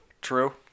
true